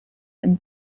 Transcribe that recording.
and